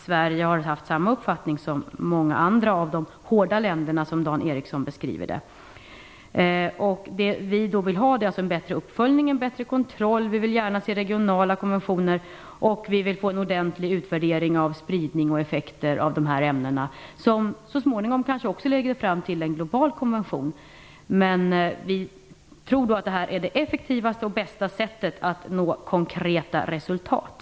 Sverige har där haft samma uppfattning som många av de andra länder som följer den hårdare linjen, som Dan Ericsson beskriver det. Det vi vill ha är en bättre uppföljning och en bättre kontroll. Vi vill gärna se regionala konventioner. Vi vill få en ordentlig utvärdering av spridning och effekter av dessa ämnen, som så småningom kanske också leder fram till en global konvention. Vi tror att detta är det effektivaste och bästa sättet att nå konkreta resultat.